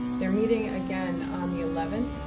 they're meeting again on the eleventh,